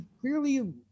clearly